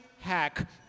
hack